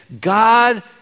God